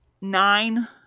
nine